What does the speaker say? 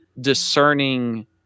discerning